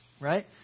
right